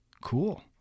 Cool